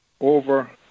over